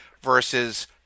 Versus